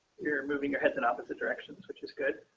you're moving your head in opposite directions, which is good.